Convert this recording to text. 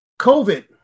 COVID